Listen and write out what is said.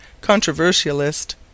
controversialist